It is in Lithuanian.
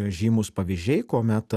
žymūs pavyzdžiai kuomet